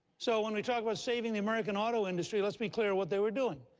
so when we talk about saving the american auto industry, let's be clear what they were doing.